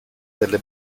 delle